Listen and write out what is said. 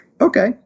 Okay